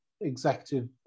executive